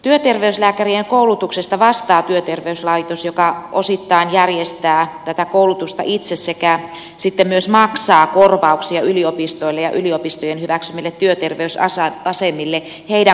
työterveyslääkärien koulutuksesta vastaa työterveyslaitos joka osittain järjestää tätä koulutusta itse sekä sitten myös maksaa korvauksia yliopistoille ja yliopistojen hyväksymille työterveysasemille näiden koulutusosioista